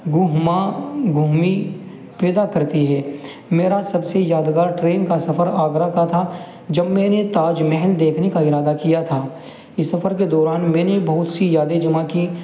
گہما گہمی پیدا کرتی ہے میرا سب سے یادگار ٹرین کا سفر آگرہ کا تھا جب میں نے تاج محل دیکھنے کا ارادہ کیا تھا اس سفر کے دوران میں نے بہت سی یادیں جمع کیں